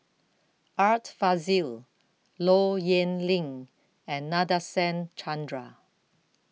Art Fazil Low Yen Ling and Nadasen Chandra